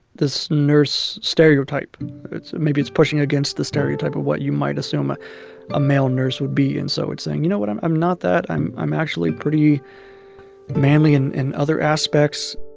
this nurse stereotype maybe it's pushing against the stereotype of what you might assume a ah male nurse would be. and so it's saying, you know what? i'm i'm not that. i'm i'm actually pretty manly and in other aspects